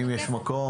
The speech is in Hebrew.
אם יש מקום,